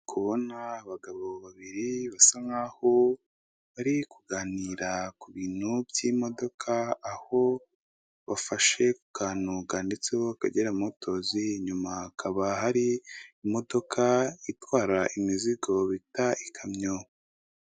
Kubona abagabo babiri basa nkaho bari kuganira ku bintu by'imodoka, aho bafashe kukantu kanditseho akagera motozi, inyuma hakaba hari imodoka itwara imizigo bita ikamyo.